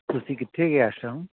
ਤੁਸੀਂ ਕਿੱਥੇ ਹੈਗੇ ਇਸ ਟਾਇਮ